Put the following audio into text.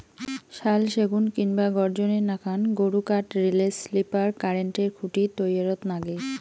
শাল, সেগুন কিংবা গর্জনের নাকান গুরুকাঠ রেলের স্লিপার, কারেন্টের খুঁটি তৈয়ারত নাগে